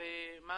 ומה